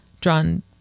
drawn